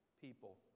people